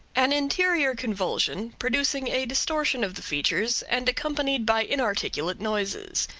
an interior convulsion, producing a distortion of the features and accompanied by inarticulate noises.